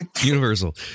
Universal